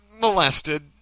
molested